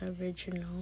original